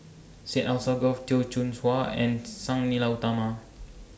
Syed Alsagoff Teo Soon Chuan and Sang Nila Utama